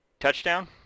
Touchdown